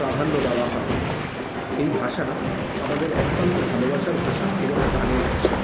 প্রাধান্য দাওয়া হয় এই ভাষা আমাদের অত্যন্ত ভালোবাসার ভাষা এবং প্রাণের ভাষা